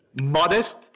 modest